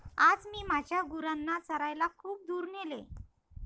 आज मी माझ्या गुरांना चरायला खूप दूर नेले